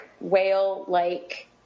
whale-like